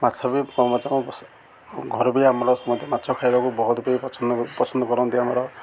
ମାଛ ବି ଘର ବି ଆମର ସମସ୍ତେ ମାଛ ଖାଇବାକୁ ବହୁତ ବି ପସନ୍ଦ କରନ୍ତି ଆମର